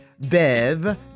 Bev